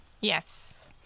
Yes